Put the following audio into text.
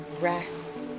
rest